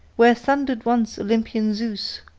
where thundered once olympian zeus,